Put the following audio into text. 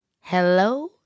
hello